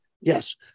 Yes